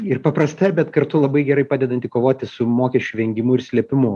ir paprasta bet kartu labai gerai padedanti kovoti su mokesčių vengimu ir slėpimu